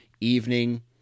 evening